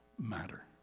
matter